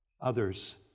others